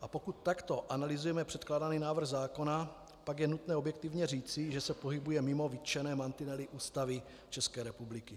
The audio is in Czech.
A pokud takto analyzujeme předkládaný návrh zákona, pak je nutné objektivně říci, že se pohybuje mimo vytčené mantinely Ústavy České republiky.